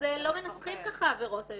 לא מנסחים ככה עבירות היום.